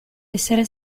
essere